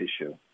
issue